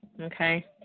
Okay